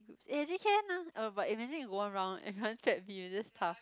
eh actually can ah uh but imagine you go one round everyone scared be is just tough